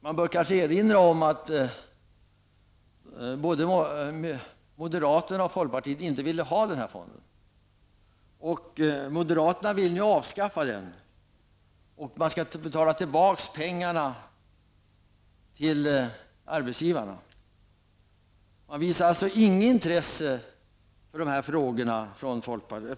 Man bör kanske erinra om att moderaterna och folkpartiet inte ville ha den här fonden. Moderaterna vill nu avskaffa den. Man skall betala tillbaka pengarna till arbetsgivarna. Moderaterna visar alltså inget intresse för de här frågorna.